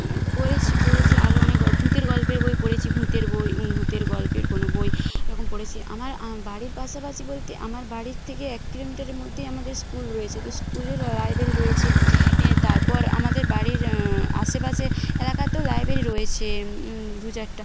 পড়েছি পড়েছি আরও অনেক ভূতের গল্পের বই পড়েছি ভূতের বই ভূতের গল্পের কোনো বই এরকম পড়েছি আমার বাড়ির পাশাপাশি বলতে আমার বাড়ির থেকে এক কিলোমিটারের মধ্যেই আমাদের স্কুল রয়েছে তো স্কুলের লাইব্রেরি রয়েছে তারপর আমাদের বাড়ির আশেপাশে এলাকাতেও লাইব্রেরি রয়েছে দু চারটা